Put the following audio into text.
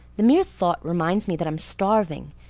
the mere thought reminds me that i'm starving.